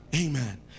Amen